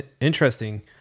interesting